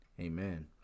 Amen